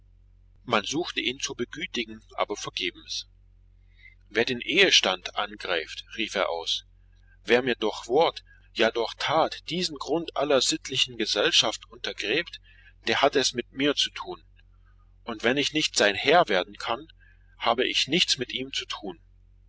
man suchte ihn zu begütigen aber vergebens wer mir den ehstand angreift rief er aus wer mir durch wort ja durch tat diesen grund aller sittlichen gesellschaft untergräbt der hat es mit mir zu tun oder wenn ich sein nicht herr werden kann habe ich nichts mit ihm zu tun